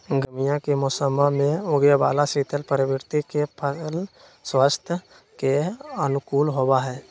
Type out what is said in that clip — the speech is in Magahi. गर्मीया के मौसम्मा में उगे वाला शीतल प्रवृत्ति के फल स्वास्थ्य के अनुकूल होबा हई